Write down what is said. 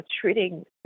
treating